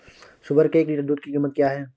सुअर के एक लीटर दूध की कीमत क्या है?